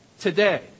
Today